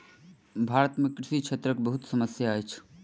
भारत में कृषि क्षेत्रक बहुत समस्या अछि